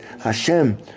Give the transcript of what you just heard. Hashem